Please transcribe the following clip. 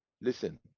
listen